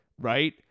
Right